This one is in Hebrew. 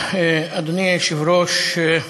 אדוני היושב-ראש,